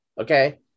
Okay